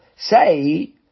say